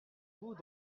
vous